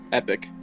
Epic